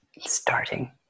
starting